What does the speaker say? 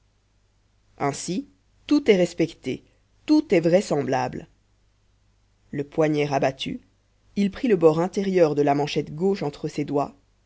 ainsi tout est respecté tout est vraisemblable le poignet rabattu il prit le bord intérieur de la manchette gauche entre ses doigts